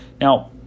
Now